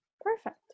Perfect